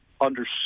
understood